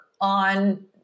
on